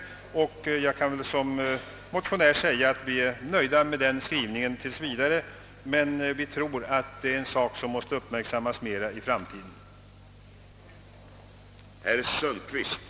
Som motionär kan jag säga att vi är nöjda med den skrivningen tills vidare men att vi tror att frågan måste uppmärksammas mer i fortsättningen.